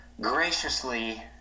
graciously